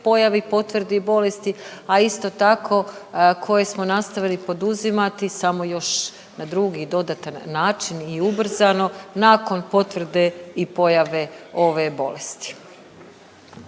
pojavi potvrdi bolesti, a isto tako koje smo nastavili poduzimati samo još na drugi dodatan način i ubrzano nakon potvrde i pojave ove bolesti.